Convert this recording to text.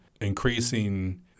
increasing